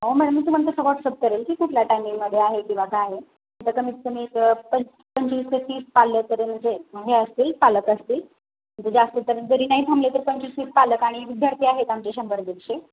हो मॅडम मी तुम्हाला कसं वॉट्साप करेल कुठलं टामिंगमध्ये आहे किंवा काय आहे त कमीत कमी एक पं पंचवीस ते तीस पालकतरी म्हणजे हे असतील पालक असतील जास्त तर जरी नाही थांबले तर पंचवीस तीस पालक आणि विद्यार्थी आहेत आमचे शंभरदीडशे